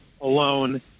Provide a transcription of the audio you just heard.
alone